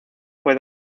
fue